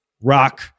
Rock